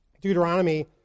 Deuteronomy